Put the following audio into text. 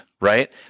right